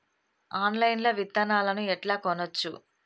Online లా విత్తనాలను ఎట్లా కొనచ్చు?